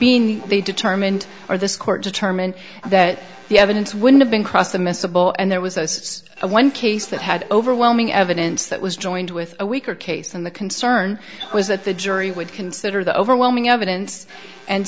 being they determined or this court determined that the evidence would have been cross the miscible and there was one case that had overwhelming evidence that was joined with a weaker case and the concern was that the jury would consider the overwhelming evidence and